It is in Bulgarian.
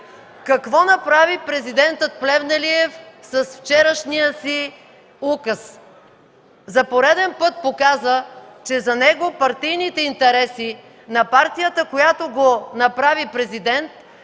Какво направи Президентът Плевнелиев с вчерашния си указ? За пореден път показа, че за него партийните интереси на партията, която го направи Президент,